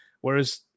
Whereas